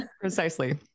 precisely